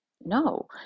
No